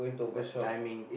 that timing